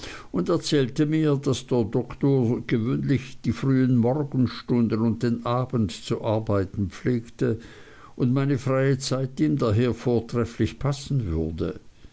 und erzählte mir daß der doktor gewöhnlich die frühen morgenstunden und den abend zu arbeiten pflege und meine freie zeit ihm daher vortrefflich passen würde